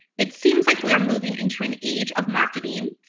it seems like we are moving into an age of marketing.